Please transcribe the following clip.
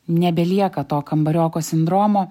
nebelieka to kambarioko sindromo